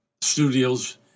studios